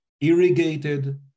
irrigated